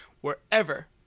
wherever